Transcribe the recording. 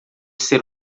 ser